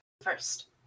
First